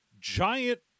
giant